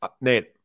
Nate